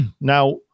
now